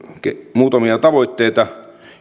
muutamia tavoitteita